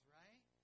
right